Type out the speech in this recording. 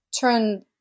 turn